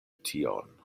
tion